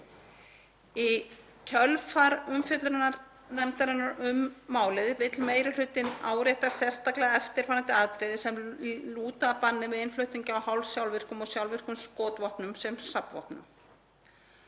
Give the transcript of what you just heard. Í kjölfar umfjöllunar nefndarinnar um málið vill meiri hlutinn árétta sérstaklega eftirfarandi atriði, sem lúta að banni við innflutningi á hálfsjálfvirkum og sjálfvirkum skotvopnum sem safnvopnum.